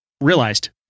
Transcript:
realized